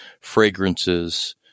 fragrances